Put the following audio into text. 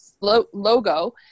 logo